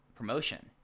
promotion